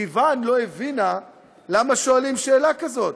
סיוון לא הבינה למה שואלים שאלה כזאת,